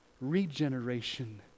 Regeneration